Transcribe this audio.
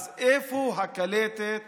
אז איפה הקלטת